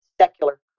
secular